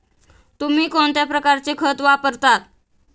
तुम्ही कोणत्या प्रकारचे खत वापरता?